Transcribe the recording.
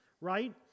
right